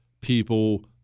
people